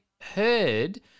heard